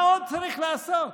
מה עוד צריך לעשות?